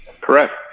Correct